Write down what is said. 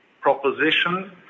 proposition